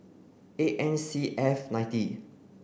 eight N C F ninety